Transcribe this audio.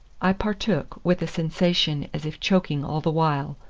i partook, with a sensation as if choking all the while,